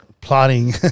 Plotting